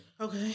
Okay